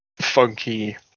funky